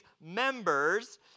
members